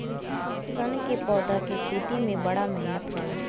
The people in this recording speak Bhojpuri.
सन क पौधा के खेती में बड़ा मेहनत होला